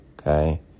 Okay